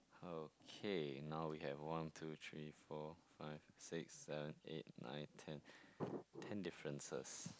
okay now we have one two three four five six seven eight nine ten ten differences